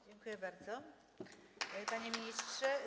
Dziękuję bardzo, panie ministrze.